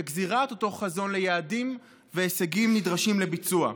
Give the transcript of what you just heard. וגזירת אותו חזון ליעדים והישגים נדרשים לביצוע.